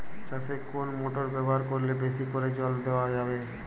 চাষে কোন মোটর ব্যবহার করলে বেশী করে জল দেওয়া যাবে?